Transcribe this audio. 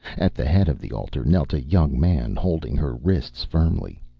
at the head of the altar knelt a young man, holding her wrists firmly.